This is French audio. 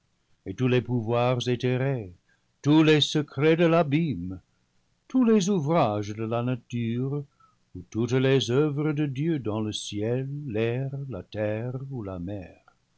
et tous les pouvoirs éthérés tous les secrets de l'abîme tous les ouvrages de la nature ou toutes les oeuvres de dieu dans le ciel l'air la terre ou la mer